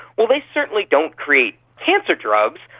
well, they certainly don't create cancer drugs,